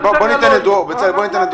בוא ניתן לדרור שיענה,